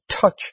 touch